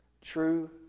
True